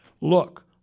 Look